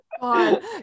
God